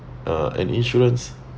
uh and insurance